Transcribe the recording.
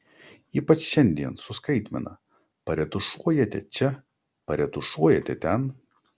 ypač šiandien su skaitmena paretušuojate čia paretušuojate ten